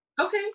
Okay